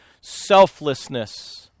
Selflessness